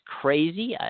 crazy